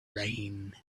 rain